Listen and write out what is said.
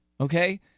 Okay